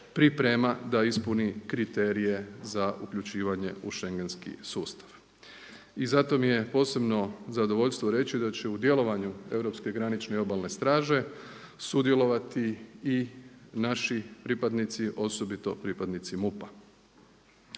priprema da ispuni kriterije za uključivanje u schengenski sustav. I zato mi je posebno zadovoljstvo reći da će u djelovanju europske granične i obalne straže sudjelovati i naši pripadnici osobito pripadnici MUP-a.